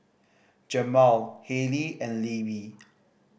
Jamaal Haley and Libby